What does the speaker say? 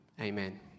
amen